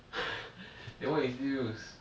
then why you still use